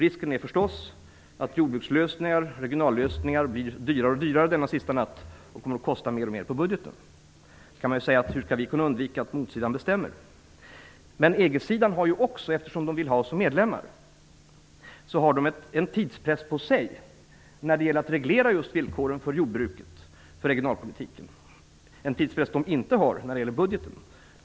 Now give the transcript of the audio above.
Risken är förstås att jordbrukslösningar och regionallösningar blir dyrare och dyrare denna sista natt, och kostar mer och mer på budgeten. Hur skall vi kunna undvika att motsidan bestämmer? Eftersom EG-sidan vill ha oss som medlemmar har också den en tidspress på sig när det gäller att reglera just villkoren för jordbruket och regionalpolitiken. Den tidspressen har man inte när det gäller budgeten.